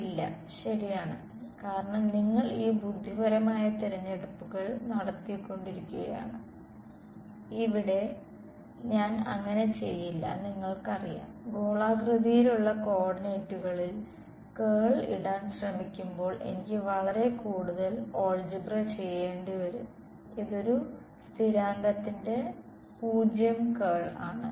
ഇല്ല ശരിയാണ് കാരണം നിങ്ങൾ ഈ ബുദ്ധിപരമായ തിരഞ്ഞെടുപ്പുകൾ നടത്തിയതുകൊണ്ടാണ് ഇവിടെ ഞാൻ അങ്ങനെ ചെയ്യില്ല നിങ്ങൾക്കറിയാം ഗോളാകൃതിയിലുള്ള കോ ഓർഡിനേറ്റുകളിൽ കേൾ ഇടാൻ ശ്രമിക്കുമ്പോൾ എനിക്ക് വളരെ കൂടുതൽ ഓൾജിബ്ര ചെയ്യെണ്ടിവരും ഇത് ഒരു സ്ഥിരാങ്കത്തിന്റെ 0 കേൾ ആണ്